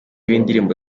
b’indirimbo